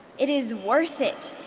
it is worth it